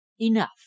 enough